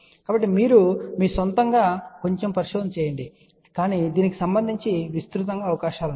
కాబట్టి మీరు మీ స్వంతంగా కొంచెం పరిశోధన చేస్తారు కానీ దీనికి సంబంధించి విస్తృతంగా అవకాశాలు ఉన్నాయి